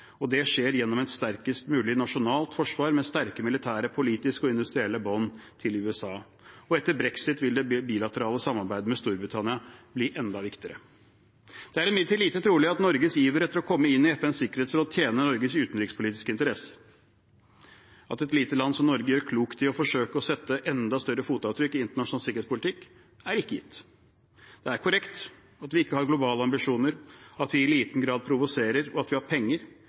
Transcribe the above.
og det skjer gjennom et sterkest mulig nasjonalt forsvar med sterke militære, politiske og industrielle bånd til USA. Etter brexit vil det bilaterale samarbeidet med Storbritannia bli enda viktigere. Det er imidlertid lite trolig at Norges iver etter å komme inn i FNs sikkerhetsråd tjener Norges utenrikspolitiske interesser. At et lite land som Norge gjør klokt i å forsøke å sette enda større fotavtrykk i internasjonal sikkerhetspolitikk, er ikke gitt. Det er korrekt at vi ikke har globale ambisjoner, at vi i liten grad provoserer, og at vi har penger,